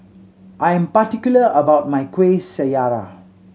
I am particular about my Kuih Syara